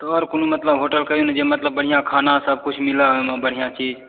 आओर कोनो मतलब होटल जे मतलब बढ़िऑं खाना सब किछु मिलै ओहिमे